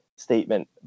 statement